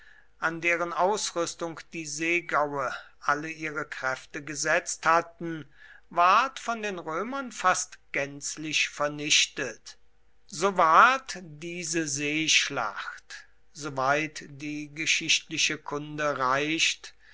an deren ausrüstung die seegaue alle ihre kräfte gesetzt hatten ward von den römern fast gänzlich vernichtet so ward diese seeschlacht soweit die geschichtliche kunde reicht